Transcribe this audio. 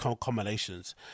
combinations